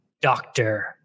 doctor